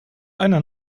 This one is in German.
einer